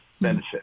benefit